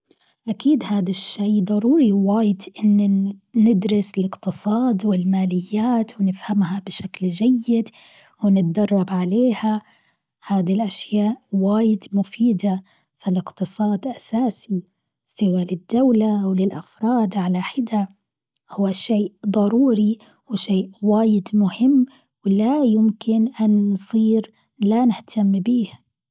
أكيد هاد الشيء ضروري واجد أن ندرس الاقتصاد والماليات ونفهمها بشكل جيد ونتدرب عليها هاد الأشياء واجد مفيدة في الاقتصاد أساسي سوى للدولة أو للأفراد على حدة، هو شيء ضروري وشيء واجد مهم ولا يمكن أن نصير لا نهتم به.